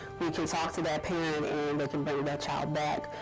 we can talk to that parent and they can bring their child back.